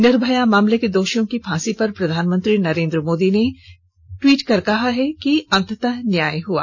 निर्भया मामले के दोषियों की फांसी पर प्रधानमंत्री नरेन्द्र मोदी ने कहा है कि अंततः न्याय हआ